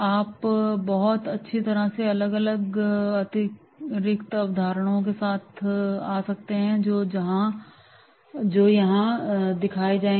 आप बहुत अच्छी तरह से अलग और अतिरिक्त अवधारणाओं के साथ आ सकते हैं जो यहां दिखाए गए हैं